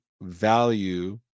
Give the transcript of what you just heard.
value